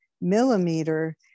millimeter